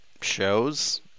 shows